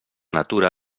natura